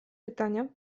pytania